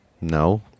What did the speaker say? no